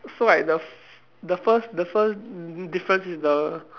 so like the f~ the first the first difference is the